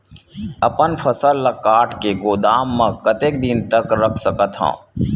अपन फसल ल काट के गोदाम म कतेक दिन तक रख सकथव?